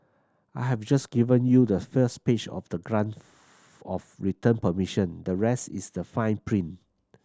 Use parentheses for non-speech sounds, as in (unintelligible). I have just given you the first page of the grant (unintelligible) of return permission the rest is the fine print